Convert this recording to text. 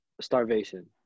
starvation